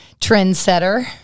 trendsetter